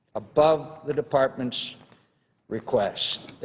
above the department's request.